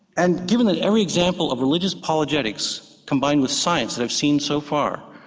and given that every example of religious apologetics combined with science that i've seen so far,